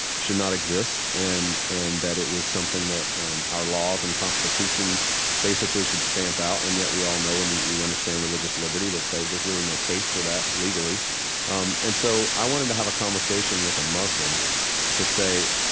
should not exist and and that it was something that um our laws and constitution basically should stamp out. and yet we all know and we we understand religious liberty, that there's there's really no case for that legally um and so i wanted to have a conversation with a muslim to say,